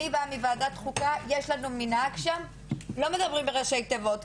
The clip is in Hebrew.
אני באה מוועדת החוקה ויש לנו מנהג שם לא מדברים בראשי תיבות,